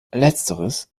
letzteres